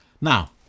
Now